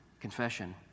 confession